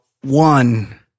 one